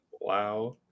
Wow